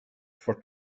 for